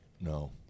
No